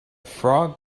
frog